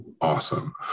Awesome